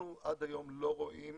עד היום אנחנו לא רואים